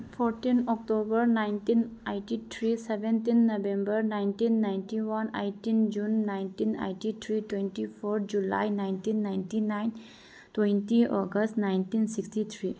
fourteen October nineteen eighty three seventy November nineteen ninety one eighteen June nineteen eighty three twenty four July nineteen eighty nine twenty August nineteen sixty three